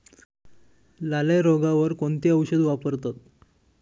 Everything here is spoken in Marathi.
लाल्या रोगावर कोणते औषध वापरतात?